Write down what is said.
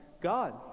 God